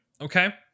Okay